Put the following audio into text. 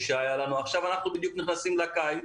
עכשיו אנחנו נכנסים לקיץ,